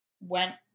went